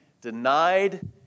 denied